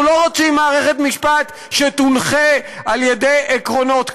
אנחנו לא רוצים מערכת משפט שתונחה על ידי עקרונות כאלה.